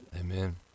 Amen